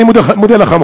אני מודה לך, מכובדי.